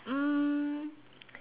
um